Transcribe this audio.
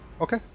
Okay